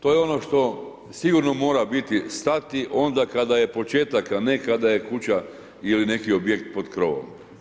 To je ono što sigurno mora biti stati onda kada je početak, a ne kada je kuća ili neki objekt pod krovom.